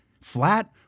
Flat